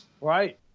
Right